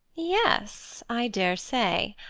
yes, i daresay!